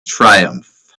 triumph